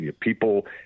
people